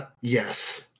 Yes